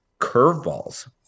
curveballs